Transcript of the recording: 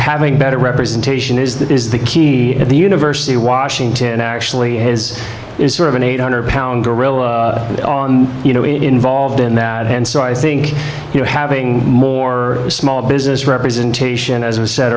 having better representation is that is the key at the university of washington actually is sort of an eight hundred pound gorilla you know involved in that and so i think you know having more small business representation as i said